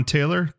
Taylor